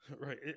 Right